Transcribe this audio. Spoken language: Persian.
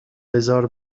بزار